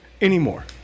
anymore